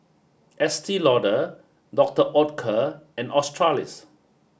Estee Lauder Dr Oetker and Australis